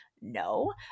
no